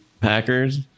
Packers